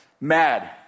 mad